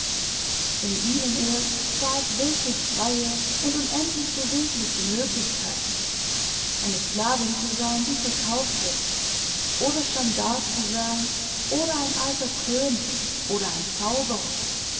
in ihnen erst sah ich wirklich freie und unendlich bewegliche möglichkeiten eine sklavin zu sein die verkauft wird oder jeanne d'arc zu sein oder ein alter könig oder ein zauberer